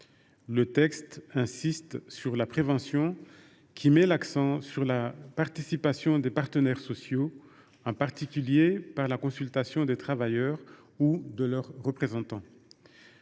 Ce texte insiste sur la prévention. En la matière, elle met l’accent sur la participation des partenaires sociaux, en particulier par la consultation des travailleurs ou de leurs représentants.